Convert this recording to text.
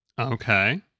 Okay